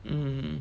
mm